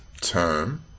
term